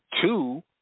two